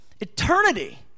Eternity